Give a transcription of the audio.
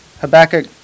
Habakkuk